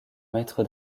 maître